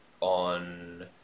on